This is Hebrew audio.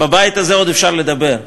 בבית הזה עוד אפשר לדבר,